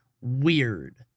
weird